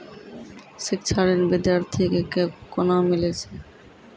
शिक्षा ऋण बिद्यार्थी के कोना मिलै छै?